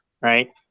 right